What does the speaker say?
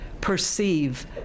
perceive